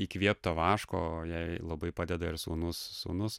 įkvėpta vaško jai labai padeda ir sūnus sūnus